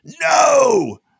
no